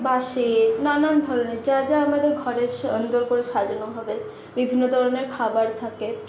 বাঁশের নানান ধরণের যা যা আমাদের ঘরে সুন্দর করে সাজানো হবে বিভিন্ন ধরণের খাবার থাকে